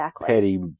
petty